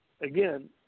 again